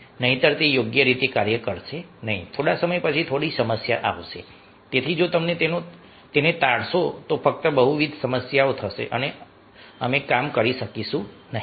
નહિંતર તે યોગ્ય રીતે કાર્ય કરશે નહીં થોડા સમય પછી થોડી સમસ્યા આવશે તેથી જો તમે તેને ટાળશો તો ફક્ત બહુવિધ સમસ્યાઓ થશે અને અમે કામ કરી શકીશું નહીં